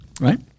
right